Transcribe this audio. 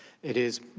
it is,